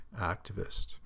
activist